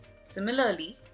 Similarly